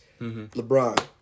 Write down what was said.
LeBron